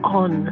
on